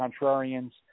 contrarian's